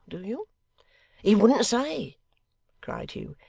do you he wouldn't say cried hugh.